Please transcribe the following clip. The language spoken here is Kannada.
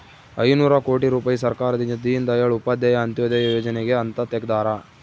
ಐನೂರ ಕೋಟಿ ರುಪಾಯಿ ಸರ್ಕಾರದಿಂದ ದೀನ್ ದಯಾಳ್ ಉಪಾಧ್ಯಾಯ ಅಂತ್ಯೋದಯ ಯೋಜನೆಗೆ ಅಂತ ತೆಗ್ದಾರ